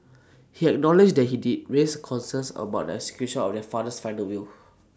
he acknowledged that he did raise concerns about execution of their father's final will